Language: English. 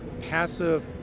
passive